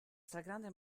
stragrande